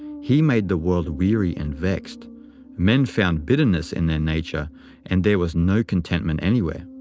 he made the world weary and vexed men found bitterness in their nature and there was no contentment anywhere.